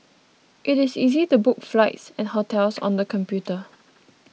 it is easy to book flights and hotels on the computer